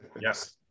Yes